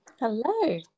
hello